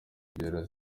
byera